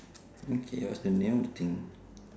okay your turn nail the thing